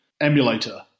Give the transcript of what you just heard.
emulator